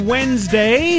Wednesday